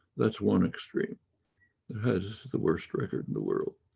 that's one extreme has the worst record in the world.